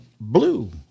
blue